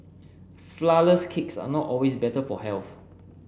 flourless cakes are not always better for health